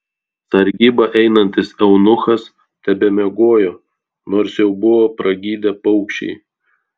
sargybą einantis eunuchas tebemiegojo nors jau buvo pragydę paukščiai